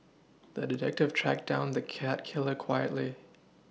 the detective tracked down the cat killer quietly